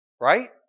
right